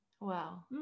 Wow